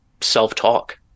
self-talk